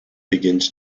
begins